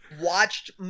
watched